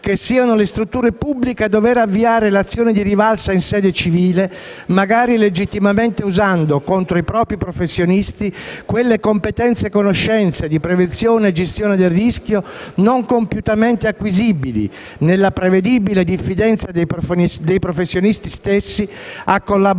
che siano le strutture pubbliche a dover avviare le azioni di rivalsa in sede civile, magari legittimamente usando contro i propri professionisti quelle competenze e conoscenze di prevenzione e gestione del rischio non compiutamente acquisibili, nella prevedibile diffidenza dei professionisti a collaborare